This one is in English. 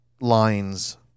lines